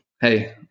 Hey